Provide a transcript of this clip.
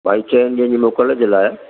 भाई चइनि ॾींहंनि जी मोकल जे लाइ